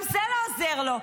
גם זה לא עוזר לו,